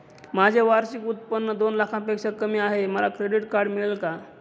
माझे वार्षिक उत्त्पन्न दोन लाखांपेक्षा कमी आहे, मला क्रेडिट कार्ड मिळेल का?